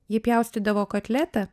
ji pjaustydavo kotletą